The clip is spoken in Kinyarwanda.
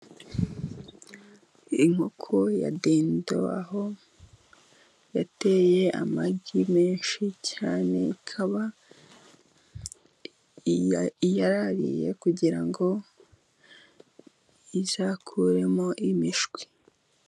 Inkoko ya dendo aho yateye amagi menshi cyane, ikaba iyaraririye kugira ngo izakuremo imishwi.